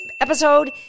episode